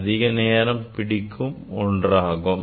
அதிக நேரம் பிடிக்கும் ஒன்றாகும்